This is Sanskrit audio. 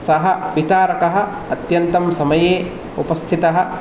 सः वितारकः अत्यन्तं समये उपस्थितः